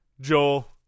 Joel